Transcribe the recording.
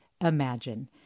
imagine